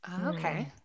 Okay